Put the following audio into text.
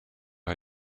are